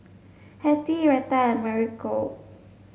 Hattie Reta and Mauricio